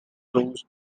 close